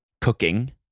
cooking